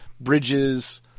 bridges